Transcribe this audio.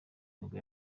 nibwo